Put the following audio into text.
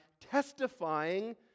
testifying